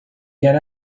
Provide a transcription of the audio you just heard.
get